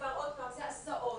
אלה הסעות,